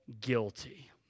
guilty